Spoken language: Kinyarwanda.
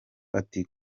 ati